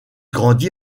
grandit